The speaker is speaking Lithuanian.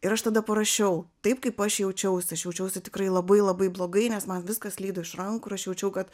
ir aš tada parašiau taip kaip aš jaučiausi aš jaučiausi tikrai labai labai blogai nes man viskas slydo iš rankų ir aš jaučiau kad